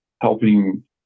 helping